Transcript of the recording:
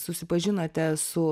susipažinote su